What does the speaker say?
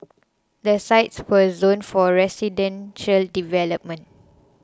the sites were zoned for residential development